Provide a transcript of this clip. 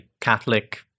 Catholic